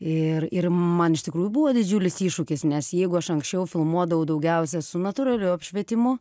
ir ir man iš tikrųjų buvo didžiulis iššūkis nes jeigu aš anksčiau filmuodavau daugiausia su natūraliu apšvietimu